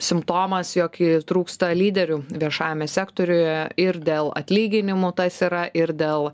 simptomas jog trūksta lyderių viešajame sektoriuje ir dėl atlyginimų tas yra ir dėl